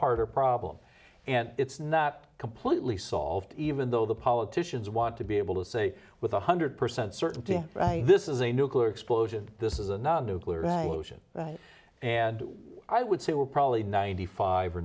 harder problem and it's not completely solved even though the politicians want to be able to say with one hundred percent certainty this is a nuclear explosion this is another nuclear that lotion and i would say we're probably ninety five or